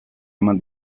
eman